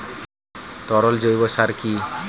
তরল জৈব সার কি?